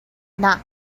not